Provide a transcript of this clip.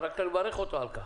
אבל רק לברך אותו על כך.